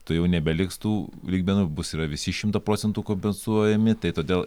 tuojau nebeliks tų lygmenų bus yra visi šimtą procentų kompensuojami tai todėl